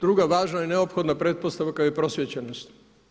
Druga važna i neophodna pretpostavka je prosvjećenost.